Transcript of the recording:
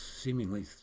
Seemingly